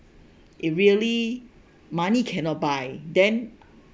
if really money cannot buy then